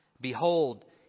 behold